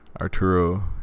Arturo